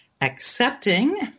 accepting